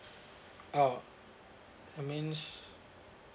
oh that means